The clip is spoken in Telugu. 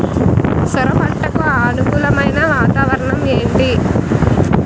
సొర పంటకు అనుకూలమైన వాతావరణం ఏంటి?